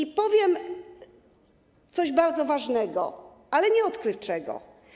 I powiem coś bardzo ważnego, ale nie odkrywczego.